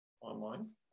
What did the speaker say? online